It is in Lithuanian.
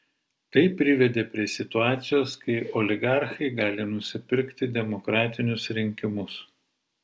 tai privedė prie situacijos kai oligarchai gali nusipirkti demokratinius rinkimus